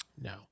No